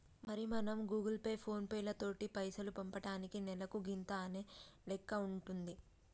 మరి మనం Google Pay ఫోన్ పేలతోటి పైసలు పంపటానికి నెలకు గింత అనే లెక్క ఉంటుంది